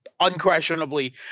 unquestionably